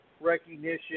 recognition